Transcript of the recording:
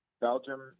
Belgium